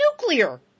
nuclear